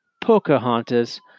Pocahontas